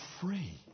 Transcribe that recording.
free